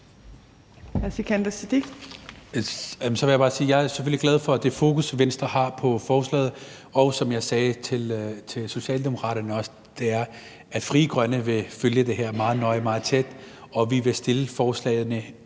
jeg selvfølgelig er glad for det fokus, Venstre har på forslaget. Og som jeg også sagde til Socialdemokraterne, vil Frie Grønne følge det her meget nøje og meget tæt, og vi vil fremsætte forslag,